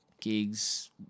gigs